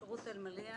רות אלמליח,